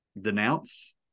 denounce